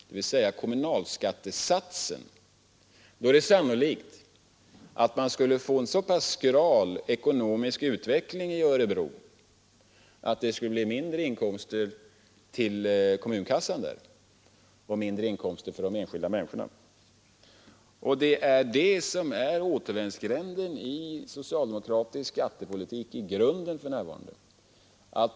Då är det sannolikt att man skulle få så skral ekonomisk utveckling i Örebro att det skulle bli mindre inkomster för kommunkassan och för de enskilda människorna i Örebro. Det är detta som är återvändsgränden i socialdemokratisk skattepolitik för närvarande.